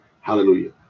Hallelujah